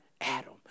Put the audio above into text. Adam